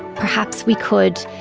perhaps we could,